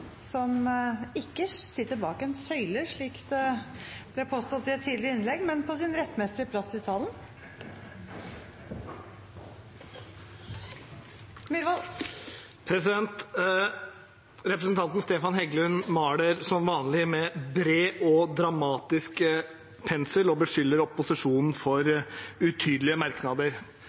som ikke sitter bak en søyle, slik det ble påstått i et tidligere innlegg, men på sin rettmessige plass i salen. Representanten Stefan Heggelund maler som vanlig med bred og dramatisk pensel og beskylder opposisjonen for utydelige merknader.